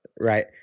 right